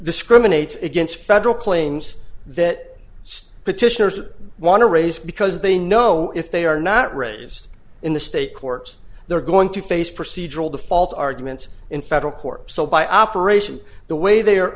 discriminates against federal claims that petitioners want to raise because they know if they are not raised in the state courts they're going to face procedural default arguments in federal court so by operation the way they